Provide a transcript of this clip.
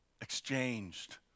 exchanged